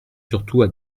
surtout